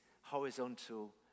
horizontal